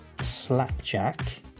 slapjack